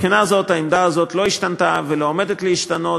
מהבחינה הזאת העמדה הזאת לא השתנתה ולא עומדת להשתנות.